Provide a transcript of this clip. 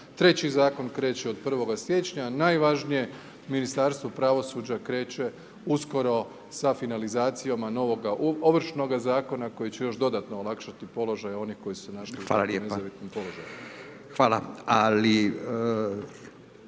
Treći Zakon kreće od 1. siječnja, najvažnije Ministarstvo pravosuđa kreće uskoro sa finalizacijama novoga Ovršnoga zakona koji će još dodatno olakšati položaj onih koji su se našli …/Upadica: Hvala